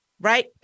right